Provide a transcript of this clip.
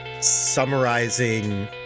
summarizing